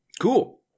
cool